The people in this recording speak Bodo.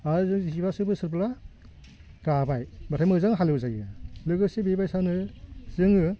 आरो जिबासो बोसोरब्ला गाबाय होनबाथाय मोजां हाल एव जायो लोगोसे बे बायसानो जोङो